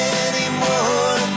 anymore